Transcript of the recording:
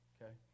Okay